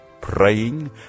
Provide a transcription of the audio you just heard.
praying